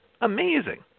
Amazing